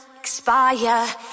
expire